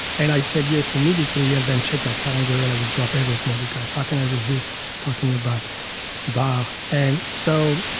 and i said yes immediately. i and then checked my calendar and i would drop everything, because how can i resist talking about bach? and, so,